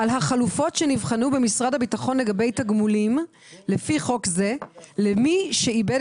על החלופות שנבחנו במשרד הביטחון לגבי תגמולים לפי חוק זה למי שאיבד